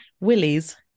willies